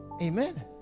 amen